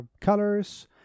colors